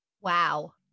wow